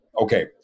Okay